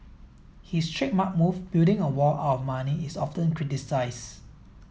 his trademark move building a wall out of money is often criticised